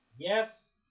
Yes